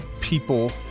people